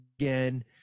again